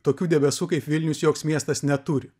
tokių debesų kaip vilnius joks miestas neturi